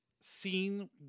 seen